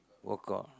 work out